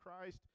Christ